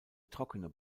trockene